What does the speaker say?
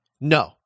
no